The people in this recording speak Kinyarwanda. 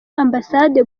ambasade